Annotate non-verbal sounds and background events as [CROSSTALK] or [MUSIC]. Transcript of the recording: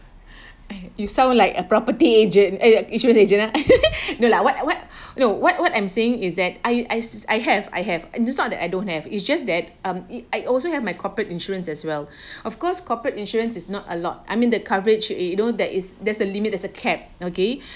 you sound like a property agent uh insurance agent [LAUGHS] no lah what what no what what I'm saying is that I I I have I have it's not that I don't have it's just that mm I also have my corporate insurance as well of course corporate insurance is not a lot I mean the coverage you you know that is there's a limit there's a cap okay